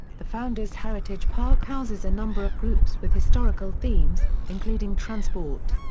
the founders heritage park houses a number of groups with historical themes, including transport.